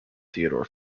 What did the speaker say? theodor